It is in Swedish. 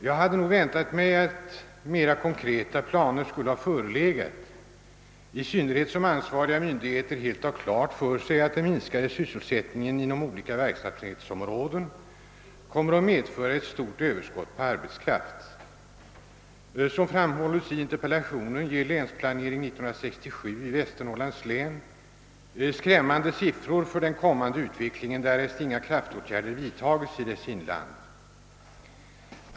Jag hade nog väntat mig att mer konkreta planer skulle ha förelegat, i synnerhet som ansvariga myndigheter helt har klart för sig att den minskade sysselsättningen inom olika verksamhetsområden kommer att medföra ett stort överskott på arbetskraft. Som framhållits i interpellationen ger Länsplanering 67 i Västernorrlands län skrämmande siffror för den kommande utvecklingen, därest inga kraftåtgärder vidtages i dess inland.